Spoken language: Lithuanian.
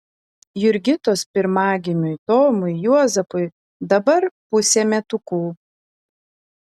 jurgitos pirmagimiui tomui juozapui dabar pusė metukų